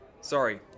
Sorry